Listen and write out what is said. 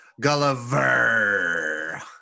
Gulliver